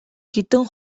хэдэн